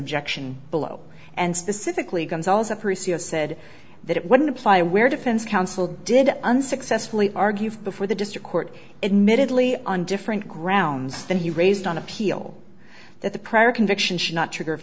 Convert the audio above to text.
objection below and specifically gonzalez a person has said that it wouldn't apply where defense counsel did unsuccessfully argue before the district court admittedly on different grounds that he raised on appeal that the prior conviction should not trigger